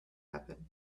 happen